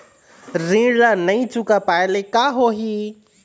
ऋण ला नई चुका पाय ले का होही?